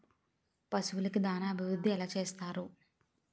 పశువులకు దాన అభివృద్ధి ఎలా చేస్తారు?